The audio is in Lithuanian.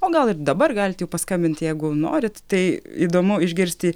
o gal ir dabar galit jau paskambinti jeigu norit tai įdomu išgirsti